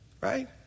Right